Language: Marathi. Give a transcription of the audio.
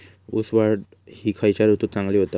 ऊस वाढ ही खयच्या ऋतूत चांगली होता?